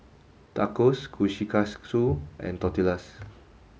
Tacos Kushikatsu and Tortillas